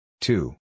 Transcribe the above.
Two